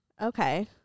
Okay